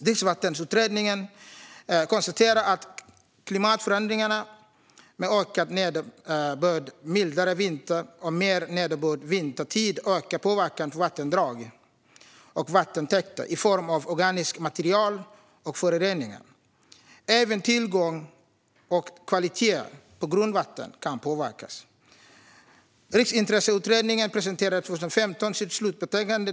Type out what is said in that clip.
Dricksvattenutredningen konstaterade att klimatförändringarna, med ökad nederbörd, mildare vintrar och mer nederbörd vintertid, ökar påverkan på vattendrag och vattentäkter i form av organiskt material och föroreningar. Även tillgången till och kvaliteten på grundvatten kan påverkas. Riksintresseutredningen presenterade 2015 sitt slutbetänkande.